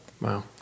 Wow